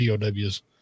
POWs